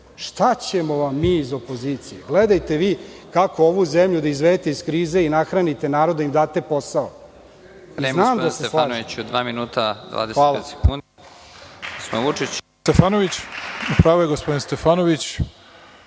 Šta ćemo vam mi iz opozicije? Gledajte vi kako ovu zemlju da izvedete iz krize i nahranite narod i da im date posao, znam da se slažemo. **Nebojša Stefanović** Gospodine Stefanoviću,